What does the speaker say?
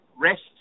rest